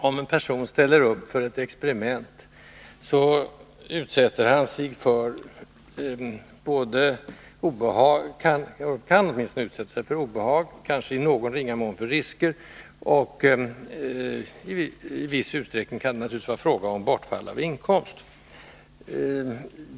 Om en person ställer upp för ett experiment kan det givetvis innebära att han utsätter sig för obehag, kanske i någon ringa mån risk och i viss utsträckning bortfall av inkomst.